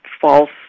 false